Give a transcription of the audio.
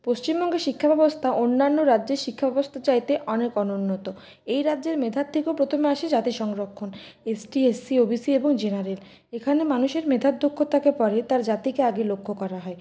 পশ্চিমবঙ্গে শিক্ষাব্যবস্থা অন্যান্য রাজ্যের শিক্ষাব্যবস্থার চাইতে অনেক অনুন্নত এই রাজ্যের মেধার থেকেও প্রথমে আসে জাতি সংরক্ষণ S T S C O B C এবং জেনারেল এখানে মানুষের মেধার দক্ষতাকে পরে তার জাতিকে আগে লক্ষ্য করা হয়